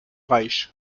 reich